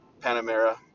Panamera